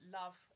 love